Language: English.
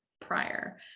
prior